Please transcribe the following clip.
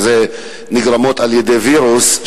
שנגרמות על-ידי וירוס,